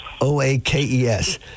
O-A-K-E-S